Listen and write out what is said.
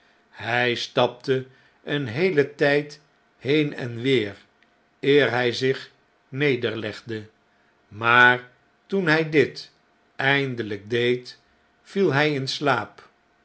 hij stapte een heelen tijd heen en weer eer hij zich nederlegde maar toen hy dit eindehjk deed viel hy in slaap